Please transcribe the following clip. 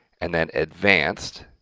and then advanced,